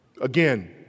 Again